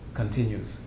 Continues